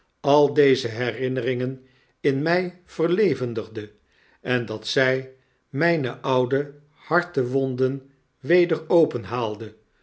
al deze herinneringen in mij verlevendigde en dat zij mijne oude hartewonden weder